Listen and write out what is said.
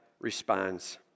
responds